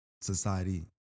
society